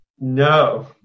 No